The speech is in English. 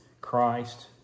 Christ